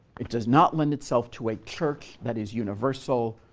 it does not lend itself to a church that is universal,